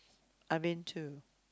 I been to